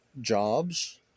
jobs